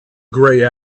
grey